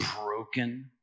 broken